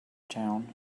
town